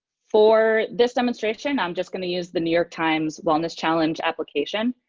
for this demonstration, i'm just going to use the new york times wellness challenge application,